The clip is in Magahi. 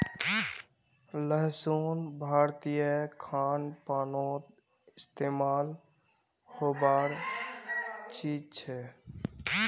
लहसुन भारतीय खान पानोत इस्तेमाल होबार चीज छे